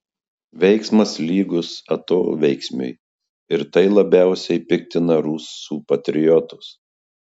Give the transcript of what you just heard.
veiksmas lygus atoveiksmiui ir tai labiausiai piktina rusų patriotus